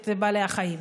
את בעלי החיים,